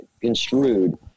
construed